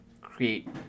create